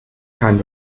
kein